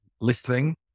listening